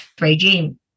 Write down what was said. regime